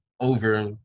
over